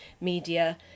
media